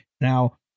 Now